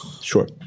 Sure